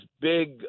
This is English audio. big